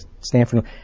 Stanford